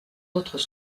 autres